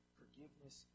forgiveness